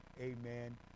amen